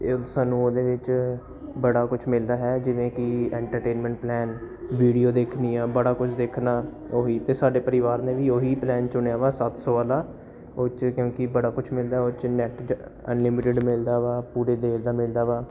ਏ ਸਾਨੂੰ ਉਹਦੇ ਵਿੱਚ ਬੜਾ ਕੁਛ ਮਿਲਦਾ ਹੈ ਜਿਵੇਂ ਕਿ ਐਂਟਰਟੇਨਮੈਂਟ ਪਲੈਨ ਵੀਡੀਓ ਦੇਖਣੀਆਂ ਬੜਾ ਕੁਛ ਦੇਖਣਾ ਉਹੀ ਅਤੇ ਸਾਡੇ ਪਰਿਵਾਰ ਨੇ ਵੀ ਉਹੀ ਪਲੈਨ ਚੁਣਿਆ ਵਾ ਸੱਤ ਸੌ ਵਾਲਾ ਉਹ 'ਚ ਕਿਉਂਕਿ ਬੜਾ ਕੁਛ ਮਿਲਦਾ ਉਹ 'ਚ ਨੈਟ ਅਨਲਿਮਿਟੇਡ ਮਿਲਦਾ ਵਾ ਪੂਰੇ ਦੇਰ ਦਾ ਮਿਲਦਾ ਵਾ